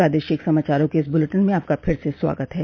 प्रादेशिक समाचारों के इस बुलेटिन में आपका फिर से स्वागत है